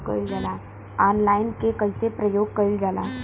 Online के कइसे प्रयोग कइल जाला?